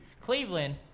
Cleveland